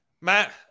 Matt